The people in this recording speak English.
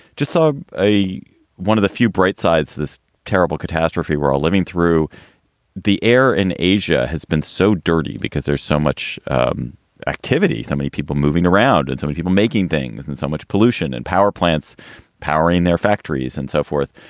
just saw a one of the few bright sides. this terrible catastrophe we're all living through the air in asia has been so dirty because there's so much activity, so many people moving around. and so we keep on making things and so much pollution and power plants powering their factories and so forth,